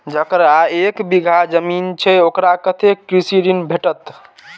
जकरा एक बिघा जमीन छै औकरा कतेक कृषि ऋण भेटत?